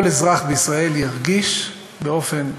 כל אזרח בישראל ירגיש באופן מעשי,